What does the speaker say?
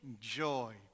joy